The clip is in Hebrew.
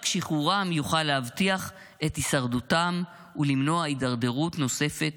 רק שחרורם יוכל להבטיח את הישרדותם ולמנוע הידרדרות נוספת